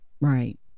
right